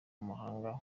mumahanga